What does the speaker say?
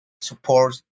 support